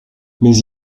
mais